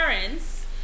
parents